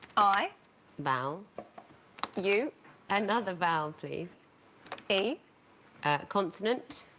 i bow you another vowel, please a consonant